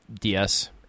ds